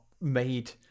made